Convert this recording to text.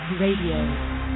Radio